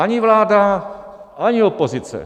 Ani vláda, ani opozice.